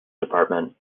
department